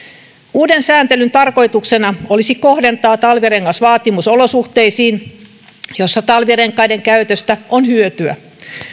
uuden sääntelyn tarkoituksena olisi kohdentaa talvirengasvaatimus olosuhteisiin jossa talvirenkaiden käytöstä on hyötyä